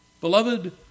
Beloved